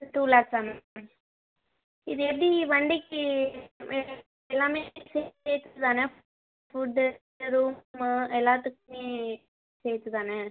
two லேக்ஸா ma'am இது எப்படி வண்டிக்கு எல்லாமே சேர்த்து தானே ஃபுட்டு ரூம்மு எல்லாத்துக்கும் சேர்த்து தானே